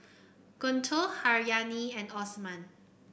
Guntur Haryati and Osman